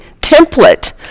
template